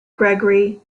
gregory